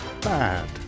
bad